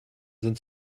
sind